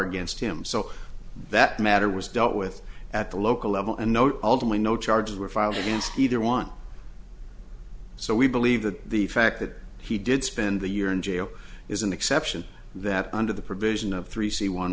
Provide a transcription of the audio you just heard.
against him so that matter was dealt with at the local level and note ultimately no charges were filed against either want so we believe that the fact that he did spend the year in jail is an exception that under the provision of three c one